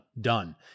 done